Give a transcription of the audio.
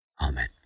Amen